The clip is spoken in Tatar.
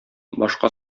башка